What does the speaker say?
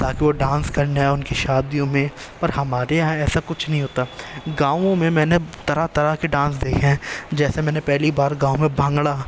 تاکہ وہ ڈانس کرنے آئیں ان کی شادیوں میں پر ہمارے یہاں ایسا کچھ نہیں ہوتا گاؤں میں میں نے طرح طرح کے ڈانس دیکھے ہیں جیسا میں نے پہلی بار گاؤں میں بھانگڑا